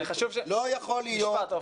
משפט.